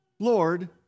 Lord